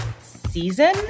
season